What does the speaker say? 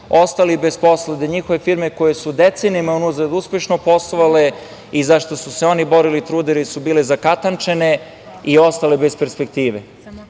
ostali bez posla, gde njihove firme koje su decenijama unazad uspešno poslovale i za šta su se oni borili i trudili su bile zakatančene i ostale bez perspektive. Dolaskom